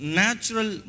natural